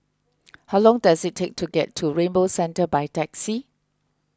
how long does it take to get to Rainbow Centre by taxi